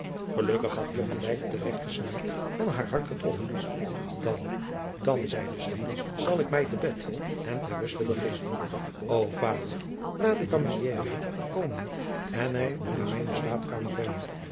gelukkig had hier van dijk de regte snaar van haar hart getroffen dan dan zeide zij zal ik mij te bed en ter rust begeven o vader laat de camieriera komen en mij naar mijne slaapkamer brengen